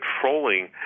controlling